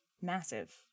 Massive